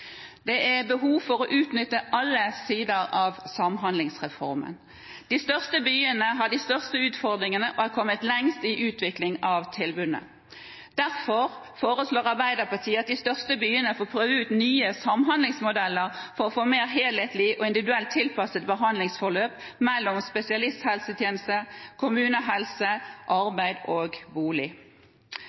Det er behov for å utnytte alle sider av samhandlingsreformen. De største byene har de største utfordringene og har kommet lengst i utviklingen av tilbudene. Derfor foreslår Arbeiderpartiet at de største byene får prøve ut nye samhandlingsmodeller for å få et mer helhetlig og individuelt tilpasset behandlingsforløp mellom spesialisthelsetjeneste, kommunehelse, arbeid og bolig.